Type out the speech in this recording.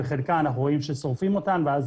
בחלקה אנחנו רואים ששורפים אותה ואז